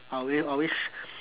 I will always